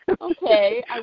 Okay